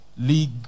league